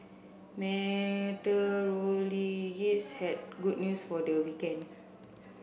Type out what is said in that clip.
meteorologists had good news for the weekend